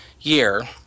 year